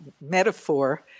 metaphor